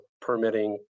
permitting